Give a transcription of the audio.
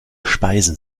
speisen